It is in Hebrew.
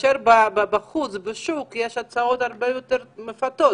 כאשר בחוץ, בשוק, יש הצעות הרבה יותר מפתות.